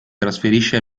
trasferisce